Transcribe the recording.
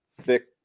thick